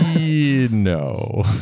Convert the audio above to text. no